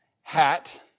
hat